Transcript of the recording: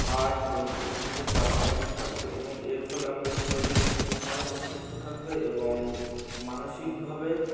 heart এবং ফুসফুসের চালনা ঠিক থাকবে এবং এর ফলে আমাদের শরীর অনেক সুস্থ থাকবে এবং মানসিকভাবে